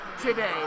today